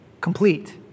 complete